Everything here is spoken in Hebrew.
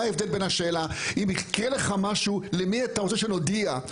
מה ההבדל בין השאלה אם יקרה לך משהו למי אתה רוצה שנודיע?